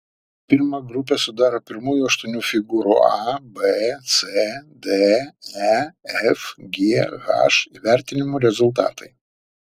pirmą grupę sudaro pirmųjų aštuonių figūrų a b c d e f g h įvertinimų rezultatai